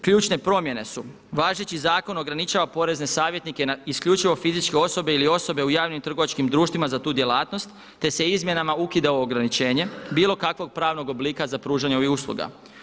Ključne promjene su, važeći zakon ograničava porezne savjetnike na isključivo fizičke osobe ili osobe u javnim trgovačkim društvima za tu djelatnost te se izmjenama ukida ograničenje bilo kakvog pravnog oblika za pružanje ovih usluga.